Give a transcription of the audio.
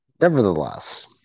Nevertheless